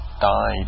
died